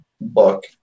book